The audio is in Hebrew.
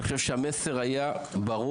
אני חושב שהמסר היה ברור,